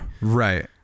Right